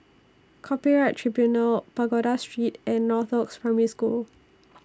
Copyright Tribunal Pagoda Street and Northoaks Primary School